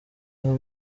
hamwe